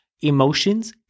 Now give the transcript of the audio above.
emotions